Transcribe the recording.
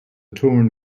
torn